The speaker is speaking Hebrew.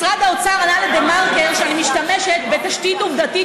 משרד האוצר ענה לדה-מרקר שאני משתמשת בתשתית עובדתית